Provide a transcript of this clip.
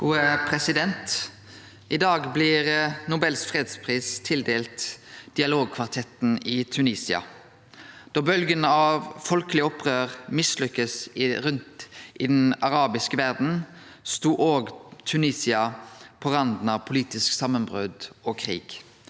I dag blir No- bels fredspris tildelt dialogkvartetten i Tunisia. Da bølgja av folkeleg opprør ikkje lykkast rundt i den arabiske verda, stod òg Tunisia på randa av politisk samanbrot og krig.